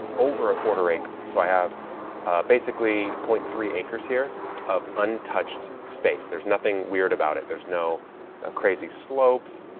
over a quarter acre. so i have basically zero point three acres here of untouched space. there's nothing weird about it. there's no crazy slopes.